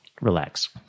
relax